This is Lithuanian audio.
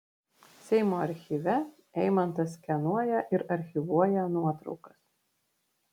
seimo archyve eimantas skenuoja ir archyvuoja nuotraukas